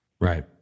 Right